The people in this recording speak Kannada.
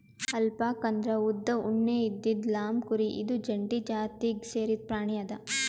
ಅಲ್ಪಾಕ್ ಅಂದ್ರ ಉದ್ದ್ ಉಣ್ಣೆ ಇದ್ದಿದ್ ಲ್ಲಾಮ್ಕುರಿ ಇದು ಒಂಟಿ ಜಾತಿಗ್ ಸೇರಿದ್ ಪ್ರಾಣಿ ಅದಾ